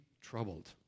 troubled